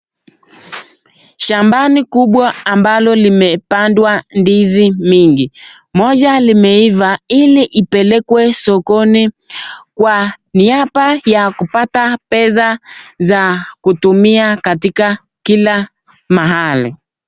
Shambani kubwa ambalo limepandwa ndizi mingi. Moja limeiva, hili lipeleke sokoni kwa niaba ya kupata pesa za kutumia katika kila mahali.